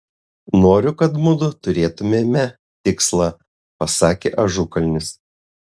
noriu kad mudu turėtumėme tikslą pasakė ažukalnis